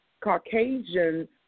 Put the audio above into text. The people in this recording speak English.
Caucasian